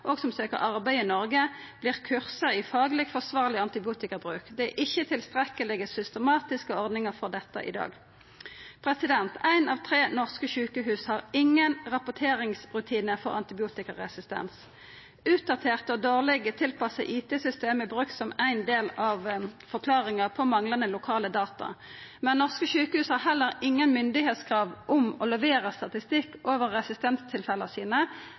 og som søkjer arbeid i Noreg, vert kursa i fagleg, forsvarleg antibiotikabruk. Det er ikkje tilstrekkelege, systematiske ordningar for dette i dag. Eitt av tre norske sjukehus har ingen rapporteringsrutinar for antibiotikaresistens. Utdaterte og dårleg tilpassa IT-system er brukt som ein del av forklaringa på manglande lokale data. Men norske sjukehus har heller ingen krav frå myndigheitene om å levera statistikk over resistenstilfella sine,